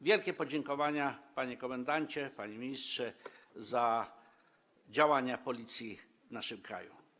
Wielkie podziękowania, panie komendancie, panie ministrze, za działania Policji w naszym kraju.